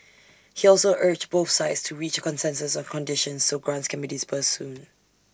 he also urged both sides to reach A consensus on conditions so grants can be disbursed soon